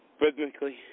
rhythmically